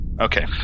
Okay